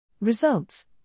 Results